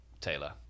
Taylor